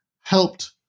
helped